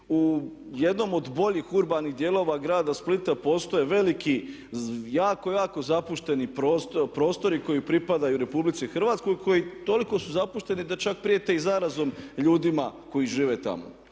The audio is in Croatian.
u jednom od boljih urbanih dijelova grada Splita postoje veliki jako, jako zapušteni prostori koji pripadaju RH koji toliko su zapušteni da čak prijete i zarazom ljudima koji žive tamo.